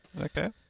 Okay